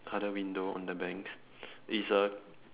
other window on the bank it's a